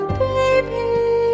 baby